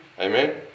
Amen